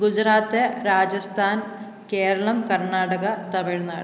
Gujarat Rajasthan Keralam Karnataka Tamil Nadu